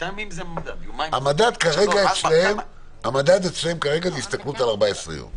המדד אצלם כרגע, 14 ימים.